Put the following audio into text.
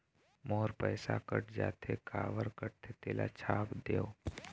मोर पैसा कट जाथे काबर कटथे तेला छाप देव?